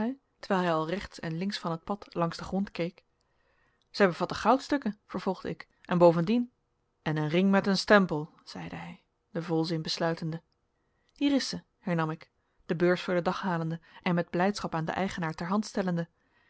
terwijl hij al rechts en links van het pad langs den grond keek zij bevatte goudstukken vervolgde ik en bovendien en een ring met een stempel zeide hij den volzin besluitende hier is zij hernam ik de beurs voor den dag halende en met blijdschap aan den eigenaar ter hand stellende